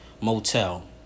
motel